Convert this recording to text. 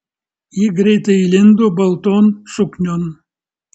ji greitai įlindo balton suknion